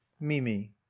Mimi